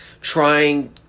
trying